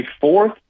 fourth